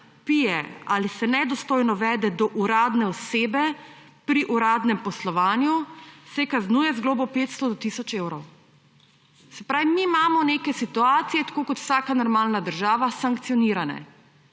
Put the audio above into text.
pije ali se nedostojno vede do uradne osebe pri uradnem poslovanju, se kaznuje z globo 500 do tisoč evrov«. Se pravi, mi imamo neke situacije, tako kot vsaka normalna država, sankcionirane.